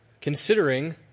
considering